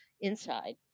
inside